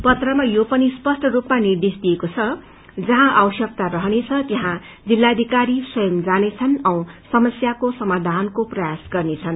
पत्रमा यो पनि स्पष्ट रूपमा निर्देश दिइएको छ जहाँ आपश्यकता रहनेछ त्यहाँ जिल्लाधिकारी स्वयम जानेछन् औ समस्याको समाधानको प्रयास गर्नेछन्